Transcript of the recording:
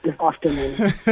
Afternoon